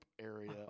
area